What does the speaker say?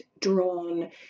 drawn